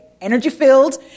energy-filled